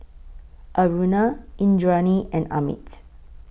Aruna Indranee and Amit